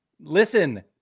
Listen